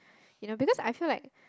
you know because I feel like